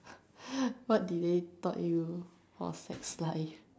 what did they taught you for sex life